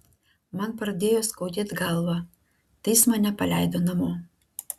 man pradėjo skaudėt galvą tai jis mane paleido namo